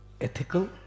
ethical